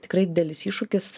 tikrai didelis iššūkis